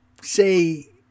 say